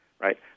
right